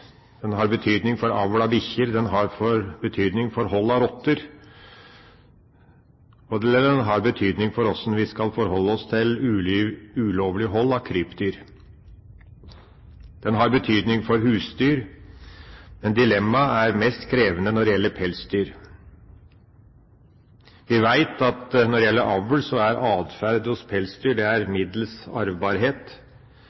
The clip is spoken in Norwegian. for avl av bikkjer. Den har betydning for hold av rotter, og den har betydning for hvordan vi skal forholde oss til ulovlig hold av krypdyr. Den har betydning for husdyr, men dilemmaet er mest krevende når det gjelder pelsdyr. Vi veit at når det gjelder avl, er atferd hos pelsdyr middels arvbart, og vi veit at når det